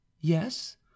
Yes